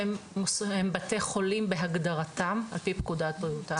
הם בתי חולים בהגדרתם על פי פקודת בריאות העם.